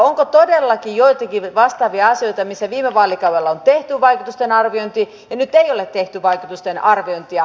onko todellakin joitakin vastaavia asioita missä viime vaalikaudella on tehty vaikutusten arviointi ja nyt ei ole tehty vaikutusten arviointia